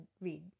read